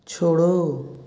छोड़ो